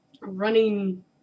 running